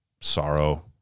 sorrow